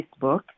Facebook